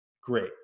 great